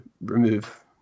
remove